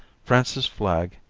francis flagg,